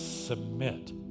submit